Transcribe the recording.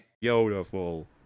Beautiful